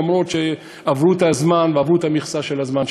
אף-על-פי שעברו את הזמן ועברו את המכסה של הזמן.